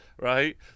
right